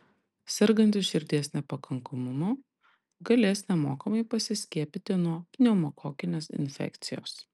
sergantys širdies nepakankamumu galės nemokamai pasiskiepyti nuo pneumokokinės infekcijos